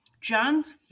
John's